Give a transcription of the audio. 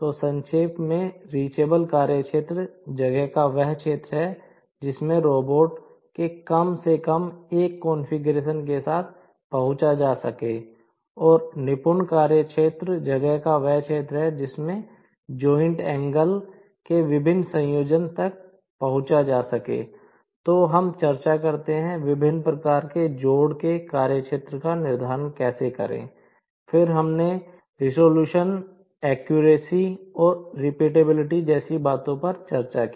तो संक्षेप में रिचएबल कार्यक्षेत्र जगह का वह क्षेत्र है जिसमें रोबोट जैसी बातों पर चर्चा की